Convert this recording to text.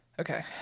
Okay